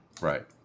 Right